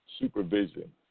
supervision